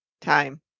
time